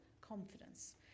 confidence